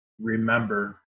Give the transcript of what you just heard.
remember